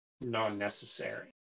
non-necessary